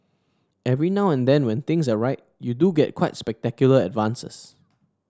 every now and then when things are right you do get quite spectacular advances